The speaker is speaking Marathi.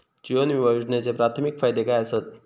जीवन विमा योजनेचे प्राथमिक फायदे काय आसत?